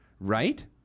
right